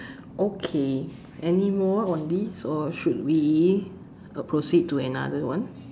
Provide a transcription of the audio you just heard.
okay anymore on this or should we uh proceed to another one